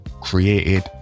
created